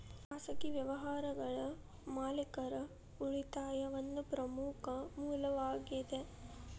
ಖಾಸಗಿ ವ್ಯವಹಾರಗಳ ಮಾಲೇಕರ ಉಳಿತಾಯಾ ಒಂದ ಪ್ರಮುಖ ಮೂಲವಾಗೇದ